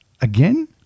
again